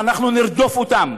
ואנחנו נרדוף אותם.